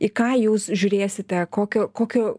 į ką jūs žiūrėsite kokio kokio